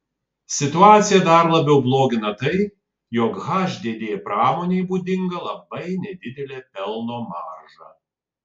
situaciją dar labiau blogina tai jog hdd pramonei būdinga labai nedidelė pelno marža